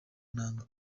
nanga